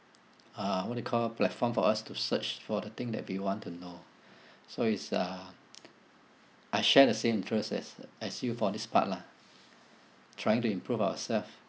uh what you call platform for us to search for the thing that we want to know so it's uh I share the same interests as as you for this part lah trying to improve ourself